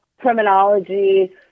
criminology